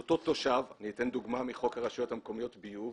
אתן דוגמה מחוק הרשויות המקומיות (ביוב),